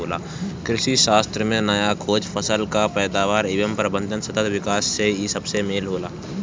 कृषिशास्त्र में नया खोज, फसल कअ पैदावार एवं प्रबंधन, सतत विकास इ सबके मेल होला